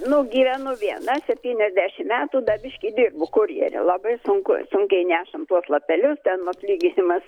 nu gyvenu viena septyniasdešimt metų da biški dirbu kurjeriu labai sunku sunkiai nešam tuos lapelius ten atlyginimas